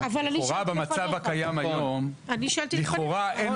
כן, אבל ככותרת כללית, אני חושב שזה יהיה נכון.